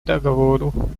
договору